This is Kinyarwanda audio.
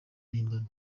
mpimbano